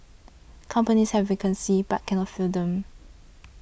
companies have vacancies but cannot fill them